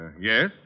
yes